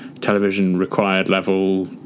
television-required-level